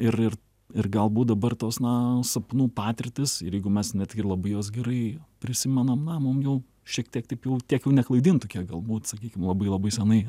ir ir ir galbūt dabar tos na sapnų patirtys ir jeigu mes netgi labai juos gerai prisimenam na mum jau šiek tiek taip jau tiek jau neklaidintų kiek galbūt sakykim labai labai senai